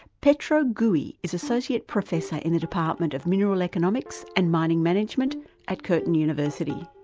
pietro guj is associate professor in the department of mineral economics and mining management at curtin university.